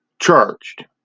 charged